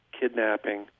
kidnapping